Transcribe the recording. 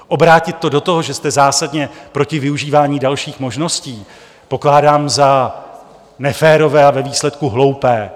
Obrátit to do toho, že jste zásadně proti využívání dalších možností, pokládám za neférové a ve výsledku hloupé.